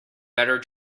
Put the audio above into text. better